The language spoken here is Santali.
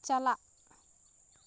ᱪᱟᱞᱟᱜ